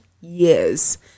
years